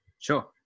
Sure